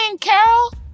Carol